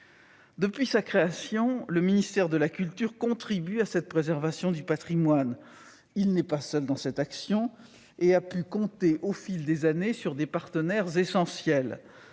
Depuis sa création, le ministère de la culture contribue à cette préservation du patrimoine. Il n'est pas seul dans cette action, car il a pu compter, au fil des années, sur des partenaires essentiels.